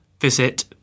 Visit